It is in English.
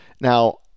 Now